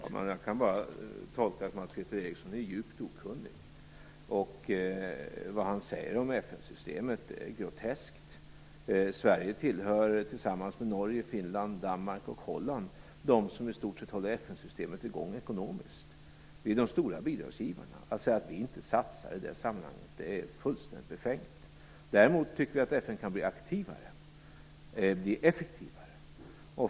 Fru talman! Jag kan bara tolka detta som att Peter Eriksson är djupt okunnig. Vad han säger om FN systemet är groteskt. Sverige tillhör liksom Norge, Finland, Danmark och Holland den grupp av länder som håller FN-systemet i gång ekonomiskt. Vi är de stora bidragsgivarna. Att säga att vi inte satsar i det sammanhanget är fullständigt befängt. Däremot tycker vi att FN kan bli aktivare och effektivare.